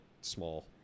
small